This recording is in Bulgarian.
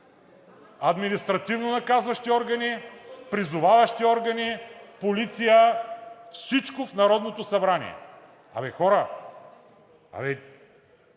административнонаказващи органи, призоваващи органи, полиция – всичко в Народното събрание. А бе, хора! А бе,